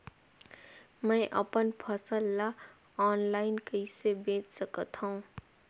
मैं अपन फसल ल ऑनलाइन कइसे बेच सकथव?